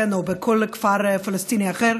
או בכל כפר פלסטיני אחר.